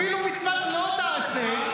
אפילו מצוות לא תעשה,